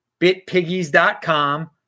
bitpiggies.com